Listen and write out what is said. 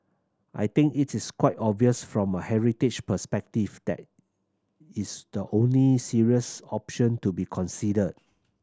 I think it is quite obvious from a heritage perspective that is the only serious option to be considered